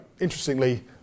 interestingly